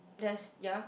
that's ya